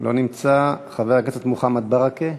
לא נמצא, חבר הכנסת מוחמד ברכה,